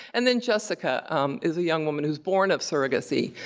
and then jessica is a young woman who's born of surrogacy,